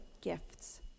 gifts